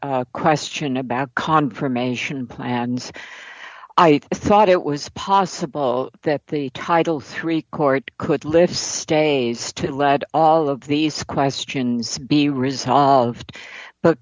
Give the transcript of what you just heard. lopez's question about confirmation plans i thought it was possible that the title three court could lift stays to lead all of these questions be resolved but